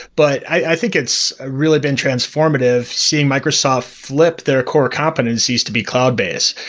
but i think it's ah really been transformative seeing microsoft flip their core competencies to be cloud base.